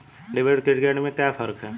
Debit और credit में क्या फर्क है?